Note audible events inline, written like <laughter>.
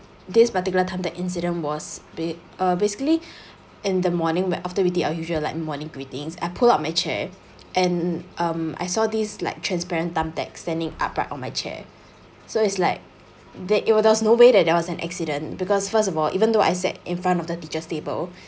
this particular time the incident was be uh basically <breath> in the morning when after we did our usual like morning greetings I pull up my chair and um I saw this like transparent thumbtacks standing upright on my chair so it's like they it was there's no way that that was an accident because first of all even though I sat in front of the teacher's table